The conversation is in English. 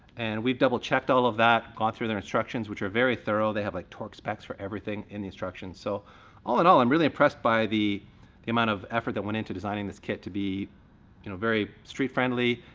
and we've double-checked all of that, gone through their instructions which are very thorough. they have like torque specs for everything in the instructions. so all in all, i'm really impressed by the the amount of effort that went into designing this kit to be you know very street friendly,